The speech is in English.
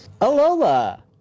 Alola